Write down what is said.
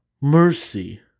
mercy